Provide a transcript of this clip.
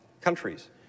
countries